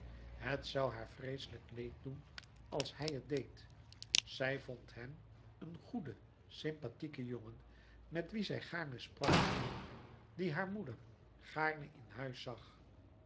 het zoû haar vreeslijk leed doen als hij het deed zij vond hem een goede sympathieke jongen met wien zij gaarne sprak dien haar moeder gaarne in huis zag